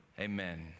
Amen